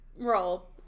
roll